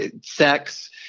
sex